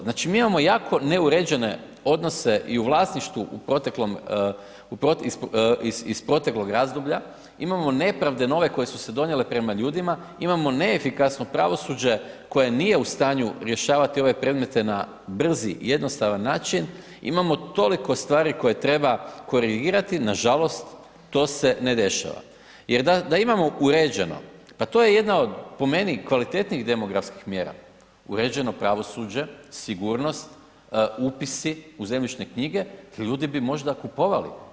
Znači, mi imamo jako neuređene odnose i u vlasništvu u proteklom, iz proteklog razdoblja imamo nepravde nove koje su se donijele prema ljudima, imamo neefikasno pravosuđe koje nije u stanju rješavati ove predmete na brz i jednostavan način, imamo toliko stvari koje treba korigirati, nažalost to se ne dešava, jer da imamo uređeno, pa to je jedna od, po meni, kvalitetnijih demografskih mjera, uređeno pravosuđe, sigurnost, upisi u zemljišne knjige, ljudi bi možda kupovali.